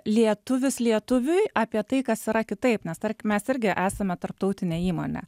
lietuvis lietuviui apie tai kas yra kitaip nes tarkim mes irgi esame tarptautinė įmonė